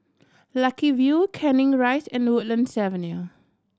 Lucky View Canning Rise and Woodlands Avenue